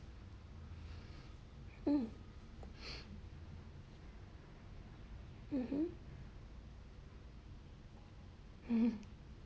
hmm mmhmm hmm